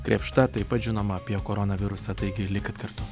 krėpšta taip pat žinoma apie koronavirusą taigi likit kartu